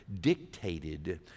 dictated